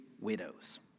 widows